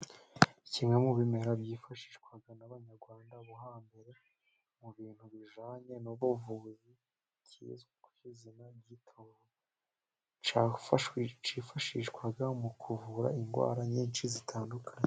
Kimwe mu bimera byifashishwaga n'abanyarwanda bo hambere mu bintu bijyanye n'ubuvuzi ,kizwi ku izina ry'itovu, cyifashishwaga mu kuvura indwara nyinshi zitandukanye.